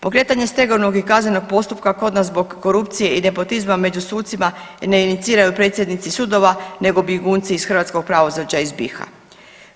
Pokretanje stegovnog i kaznenog postupka kod nas zbog korupcije i nepotizma među sucima ne iniciraju predsjednici sudova nego bjegunci iz hrvatskog pravosuđa iz BiH-a.